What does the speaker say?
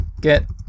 Get